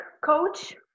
coach